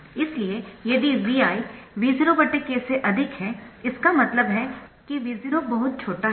इसलिए यदि Vi V0k से अधिक है इसका मतलब है कि V0 बहुत छोटा है